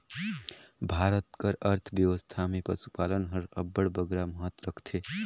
भारत कर अर्थबेवस्था में पसुपालन हर अब्बड़ बगरा महत रखथे